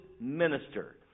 minister